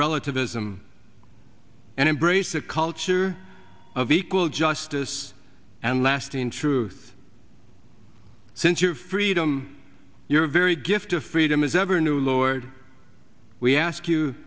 relativism and embrace a culture of equal justice and lasting truth since your freedom your very gift of freedom is ever new lord we ask you